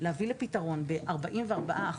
להביא לפתרון ב-44%,